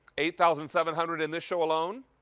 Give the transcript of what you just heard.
eight thousand seven hundred in this show alone